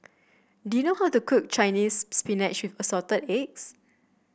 do you know how to cook Chinese Spinach Assorted Eggs